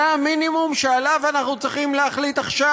זה המינימום שעליו אנחנו צריכים להחליט עכשיו.